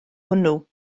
hwnnw